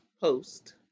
Post